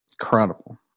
Incredible